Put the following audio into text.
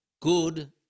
good